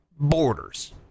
Borders